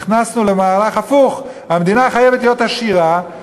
נכנסנו למערך הפוך: המדינה חייבת להיות עשירה,